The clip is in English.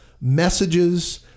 messages